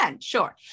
sure